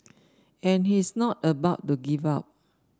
and he's not about to give up